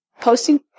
posting